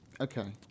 Okay